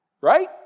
right